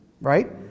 right